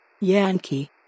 Yankee